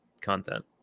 content